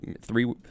three